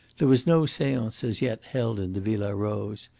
there was no seance as yet held in the villa rose.